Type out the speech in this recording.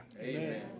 Amen